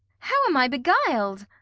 how am i beguil'd!